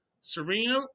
Serena